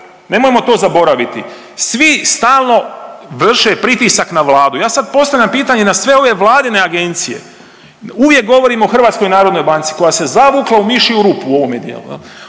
Nemojmo to zaboraviti. Svi stalno vrše pritisak na Vladu. Ja sad postavljam pitanje na sve ove vladine agencije, uvijek govorimo o Hrvatskoj narodnoj banci koja se zavukla u mišju rupu u ovome dijelu,